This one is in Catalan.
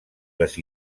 les